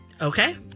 Okay